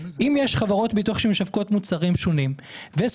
אם יש חברות ביטוח שמשווקות מוצרים שונים ויש